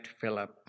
Philip